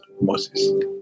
Moses